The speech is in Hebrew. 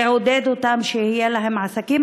לעודד אותן שיהיו להן עסקים,